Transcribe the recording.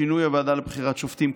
בשינוי הוועדה לבחירת שופטים.